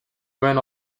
went